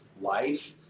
life